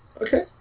Okay